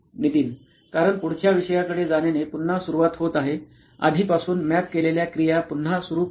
नितीन कारण पुढच्या विषयाकडे जाण्याने पुन्हा सुरूवात होत आहे आधीपासून मॅप केलेल्या क्रिया पुन्हा सुरू करणे